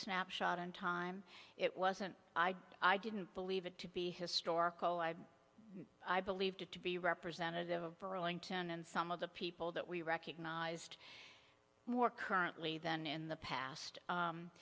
snapshot in time it wasn't i didn't believe it to be historical i i believed it to be representative of burlington and some of the people that we recognized more currently than in the past